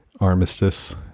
Armistice